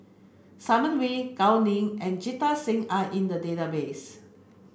Simon Wee Gao Ning and Jita Singh are in the database